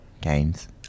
games